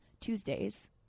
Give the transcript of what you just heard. Tuesdays